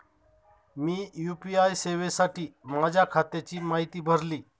मी UPI सेवेसाठी माझ्या खात्याची माहिती भरली